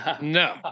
No